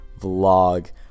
vlog